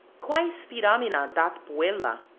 quae spiramina dat puella?